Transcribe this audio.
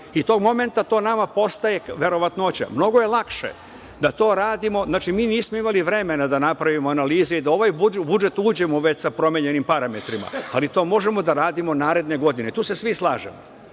Tog momenta to nama postaje verovatnoća. Mnogo je lakše da to radimo. Znači, mi nismo imali vremena da napravimo analize i da u ovaj budžet uđemo već sa promenjenim parametrima, ali to možemo da radimo naredne godine. Tu se svi slažemo. Znači,